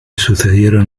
sucedieron